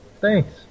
Thanks